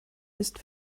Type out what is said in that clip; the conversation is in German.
ist